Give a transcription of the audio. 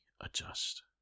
adjust